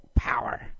power